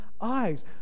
eyes